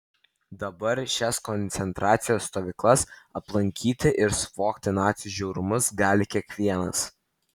dabar šias koncentracijos stovyklas aplankyti ir suvokti nacių žiaurumus gali kiekvienas